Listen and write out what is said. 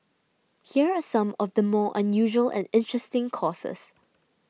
here are some of the more unusual and interesting courses